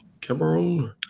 Cameroon